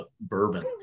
Bourbon